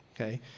Okay